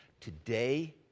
Today